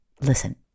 listen